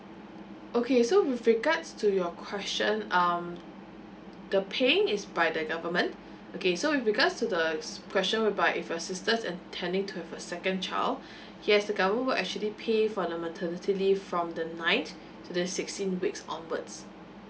okay so with regards to your question um the pay is by the government okay so because the question whereby if your sister intending to have a second child yes the government will actually pay for the maternity leave from the ninth to the sixteenth weeks onwards